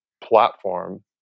platform